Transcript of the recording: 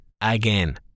again